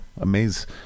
amaze